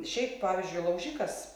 šiaip pavyzdžiui laužikas